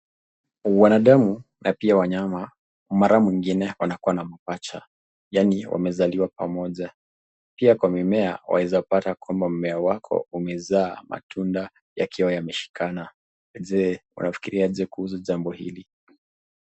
Wanadamu na pia wanyama, mara mwingine wanakuwa na mapacha, yaani wamezaliwa pamoja. Pia kwa mimea waweza pata kwamba mmea wako umezaa matunda yakiwa yameshikana. Je, unafikiriaje kuuza jambo hili?